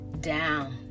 down